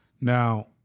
Now